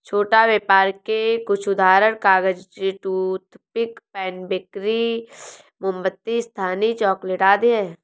छोटा व्यापर के कुछ उदाहरण कागज, टूथपिक, पेन, बेकरी, मोमबत्ती, स्थानीय चॉकलेट आदि हैं